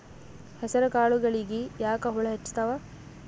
ಹೆಸರ ಕಾಳುಗಳಿಗಿ ಯಾಕ ಹುಳ ಹೆಚ್ಚಾತವ?